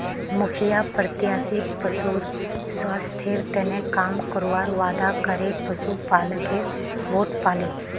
मुखिया प्रत्याशी पशुर स्वास्थ्येर तने काम करवार वादा करे पशुपालकेर वोट पाले